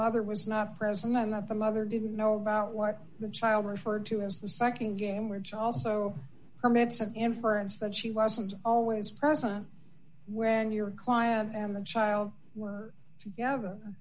mother was not present and that the mother didn't know about what the child referred to as the nd game which also permits an inference that she wasn't always present when your client and the child were together